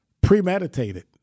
premeditated